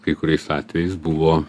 kai kuriais atvejais buvo